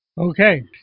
Okay